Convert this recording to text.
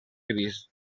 gris